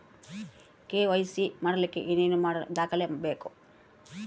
KYC ಮಾಡಲಿಕ್ಕೆ ಏನೇನು ದಾಖಲೆಬೇಕು?